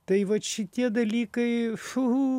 tai vat šitie dalykai fu